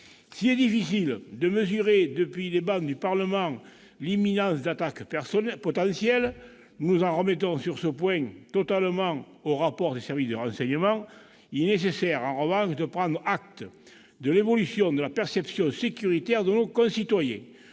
S'il est difficile de mesurer depuis les travées du Parlement l'imminence d'attaques potentielles- nous nous en remettons sur ce point totalement aux rapports des services de renseignement -, il est nécessaire en revanche de prendre acte de l'évolution de la perception sécuritaire de nos concitoyens.